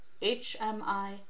HMI